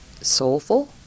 soulful